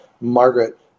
Margaret